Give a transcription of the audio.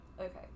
Okay